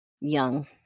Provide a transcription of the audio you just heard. young